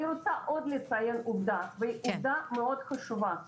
לציין עובדה מאוד חשובה